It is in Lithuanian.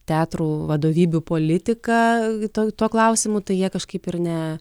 teatrų vadovybių politika tuo tuo klausimu tai jie kažkaip ir ne